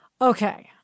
Okay